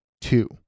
two